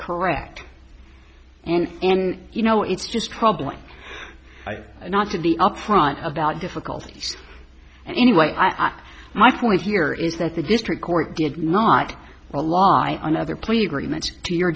correct and and you know it's just troubling not to be upfront about difficulties and anyway i'm my point here is that the district court did not rely on other plea